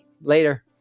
Later